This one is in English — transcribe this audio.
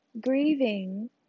grieving